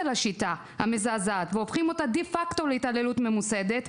לשיטה המזעזעת והופכים אותה להתעללות ממוסדת,